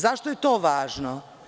Zašto je to važno?